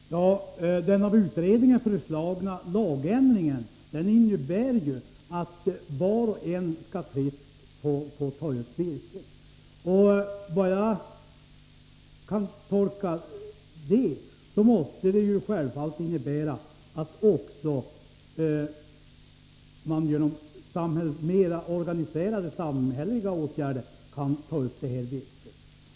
Herr talman! Den av utredningen föreslagna lagändringen innebär ju att var och en skall fritt få ta upp virke. Min tolkning är att detta självfallet måste innebära att man också genom mera organiserade samhälleliga åtgärder kan ta upp det här virket.